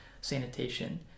sanitation